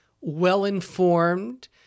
well-informed